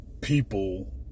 people